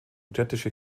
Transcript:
städtische